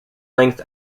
length